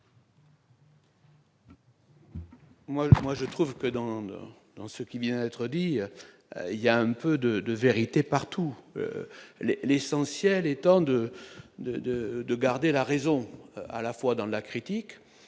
moi je trouve que dans dans ce qui vient d'être dit, il y a un peu de de vérité partout les l'essentiel étant de, de, de, de garder la raison à la fois dans la critique,